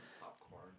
popcorn